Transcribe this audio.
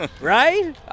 right